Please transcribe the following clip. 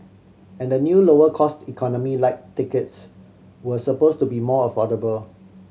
and a new lower cost Economy Lite tickets were suppose to be more affordable